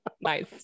nice